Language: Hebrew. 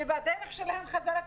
ובדרך שלהם חזרה,